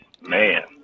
man